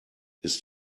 ist